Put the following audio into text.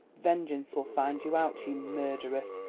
vengeance will find you out you murderess,